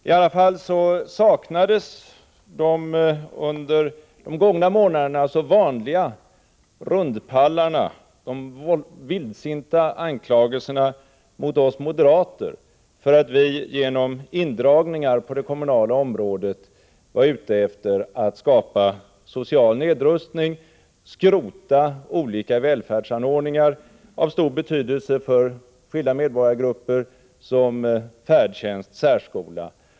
I alla fall saknades i hans anförande de under de gångna månaderna så vanliga rundpallarna och vildsinta anklagelserna mot oss moderater för att vi genom indragningar på det kommunala området är ute efter att skapa social nedrustning och skrota olika välfärdsanordningar av stor betydelse för skilda medborgargrupper, t.ex. färdtjänst och särskola.